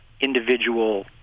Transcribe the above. individual